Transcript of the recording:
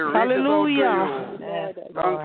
Hallelujah